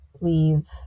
leave